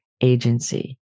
agency